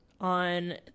On